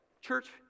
church